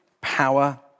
power